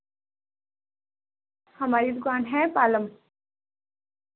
ہماری دکان ہے پالم